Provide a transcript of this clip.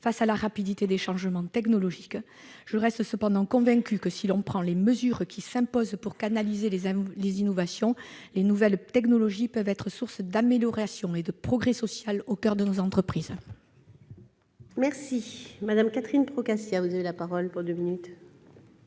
la rapidité des changements technologiques. Je reste cependant convaincue que, si l'on prend les mesures qui s'imposent pour canaliser les innovations, les nouvelles technologies peuvent être source d'amélioration et de progrès social au coeur de nos entreprises. La parole est à Mme Catherine Procaccia. En lisant les pages du rapport